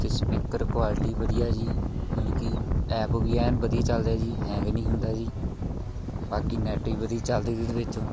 ਅਤੇ speaker quality ਵਧੀਆ ਜੀ ਜਾਣੀ ਕਿ ਐਪ ਵੀ ਐਨ ਵਧੀਆ ਚੱਲਦਾ ਜੀ ਹੈਂਗ ਨਹੀਂ ਹੁੰਦਾ ਜੀ ਬਾਕੀ ਨੈੱਟ ਵੀ ਵਧੀਆ ਚੱਲਦਾ ਉਹਦੇ ਵਿਚ